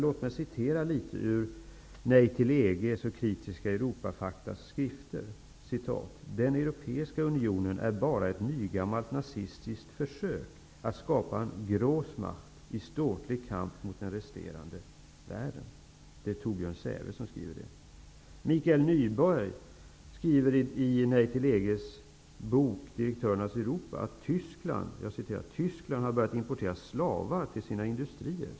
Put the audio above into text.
Låt mig citera litet ur skrifter från Nej till EG och Kritiska Europafakta: ''Den är bara ett nygammalt nazistiskt försök att skapa en Det är Torbjörn Säfve som skriver det. Mikael Nyberg skriver i Direktörernas Europa, en bok utgiven av Nej till EG: ''Tyskland har börjat importera slavar till sina industrier.''